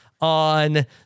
on